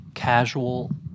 Casual